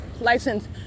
license